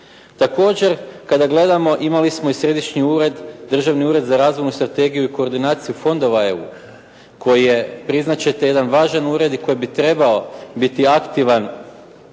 Također kada gledamo imali smo i središnji ured, Državni ured za razvojnu strategiju i koordinaciju fondova EU koji je priznat ćete jedan važan ured i koji bi trebao biti aktivan